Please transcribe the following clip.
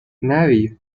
نری